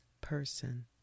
person